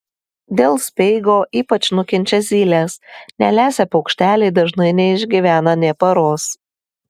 dėl speigo ypač nukenčia zylės nelesę paukšteliai dažnai neišgyvena nė paros